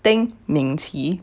ting ming qi